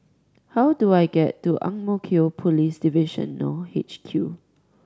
how do I get to Ang Mo Kio Police Divisional H Q